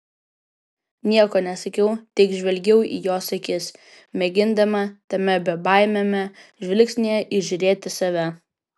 nieko nesakiau tik žvelgiau į jos akis mėgindama tame bebaimiame žvilgsnyje įžiūrėti save